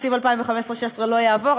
שתקציב 2015 2016 לא יעבור,